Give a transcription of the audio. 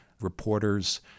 reporters